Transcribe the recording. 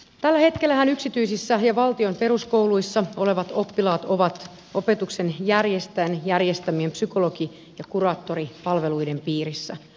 tällä hetkellähän yksityisissä ja valtion peruskouluissa olevat oppilaat ovat opetuksen järjestäjän järjestämien psykologi ja kuraattoripalveluiden piirissä